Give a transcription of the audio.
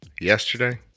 yesterday